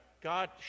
God